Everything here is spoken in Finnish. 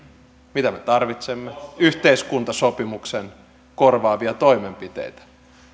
mitä me tarvitsemme yhteiskuntasopimuksen korvaavia toimenpiteitä